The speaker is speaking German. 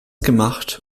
gemacht